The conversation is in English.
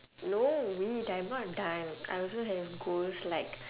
no wait I'm not done I also have goals like